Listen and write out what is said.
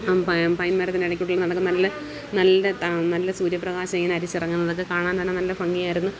pine മരത്തിൻ്റെ ഇടയിൽക്കൂടി നടക്കാൻ നല്ല നല്ല താ നല്ല സൂര്യപ്രകാശം ഇങ്ങനെ അരിച്ചിറങ്ങുന്നതൊക്കെ കാണാൻ തന്നെ നല്ല ഭംഗിയായിരുന്നു